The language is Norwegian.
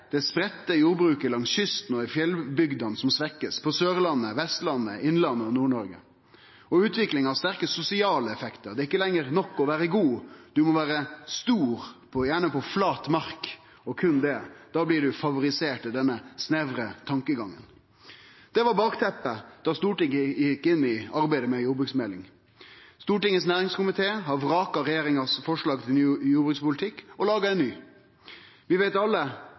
det spreidde jordbruket langs kysten og i fjellbygdene som blir svekt: på Sørlandet, på Vestlandet, i Innlandet og i Nord-Noreg. Utviklinga har sterk sosial effekt, det er ikkje lenger nok å vere god, ein må vere stor – gjerne på flat mark – og berre det. Da blir ein favorisert i denne snevre tankegangen. Dette var bakteppet da Stortinget gjekk inn i arbeidet med jordbruksmeldinga. Stortingets næringskomité har vraka regjeringas forslag til ny jordbrukspolitikk og laga ein ny. Vi veit vel alle